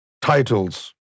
Titles